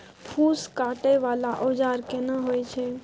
फूस काटय वाला औजार केना होय छै?